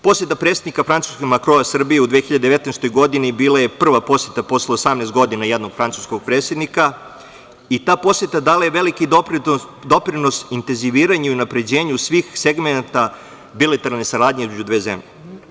Poseta predsednika Francuske Makrona Srbiji u 2019. godini bila je prva poseta posle 18 godina jednog francuskog predsednika i ta poseta dala je veliki doprinos intenziviranju i unapređenju svih segmenata bilateralne saradnje između dve zemlje.